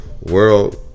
world